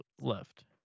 left